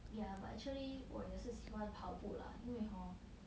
but actually 我也是喜欢跑步 lah 因为 hor